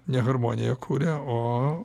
ne harmoniją kuria o